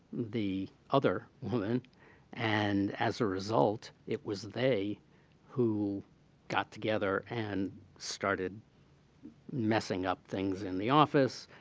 the other woman and as a result, it was they who got together and started messing up things in the office,